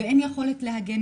ואין יכולת להגן.